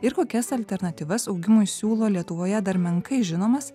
ir kokias alternatyvas augimui siūlo lietuvoje dar menkai žinomas